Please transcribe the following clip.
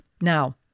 Now